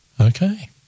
Okay